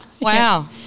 Wow